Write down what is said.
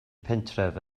pentref